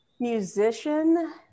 musician